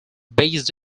based